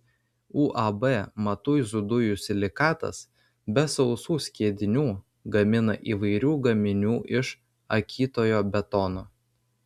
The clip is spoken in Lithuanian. uab matuizų dujų silikatas be sausų skiedinių gamina įvairių gaminių iš akytojo betono